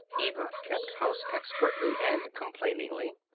eva kept house expertly and complainingly.